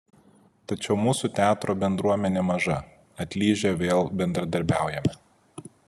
tačiau mūsų teatro bendruomenė maža atlyžę vėl bendradarbiaujame